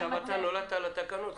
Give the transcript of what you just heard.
עכשיו אתה נולדת על התקנות?